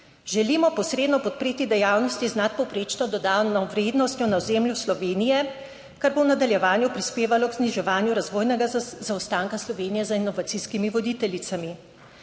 želimo posredno podpreti dejavnosti z nadpovprečno dodano vrednostjo na ozemlju Slovenije, kar bo v nadaljevanju prispevalo k zniževanju razvojnega zaostanka Slovenije za inovacijskimi voditeljicami.